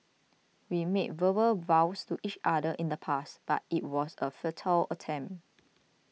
we made verbal vows to each other in the past but it was a futile attempt